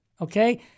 okay